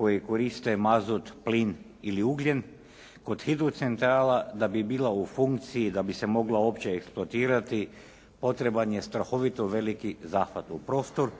koji koriste mazut, plin ili ugljen, kod hidrocentrala da bi bila u funkciji da bi se mogla uopće eksploatirati potreban je strahovito veliki zahvat u prostor